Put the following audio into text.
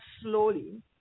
slowly